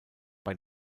bei